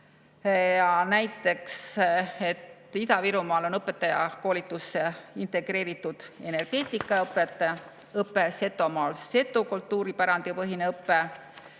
näiteks et Ida-Virumaal on õpetajakoolitusse integreeritud energeetikaõpe, Setomaal seto kultuuripärandi põhine õpe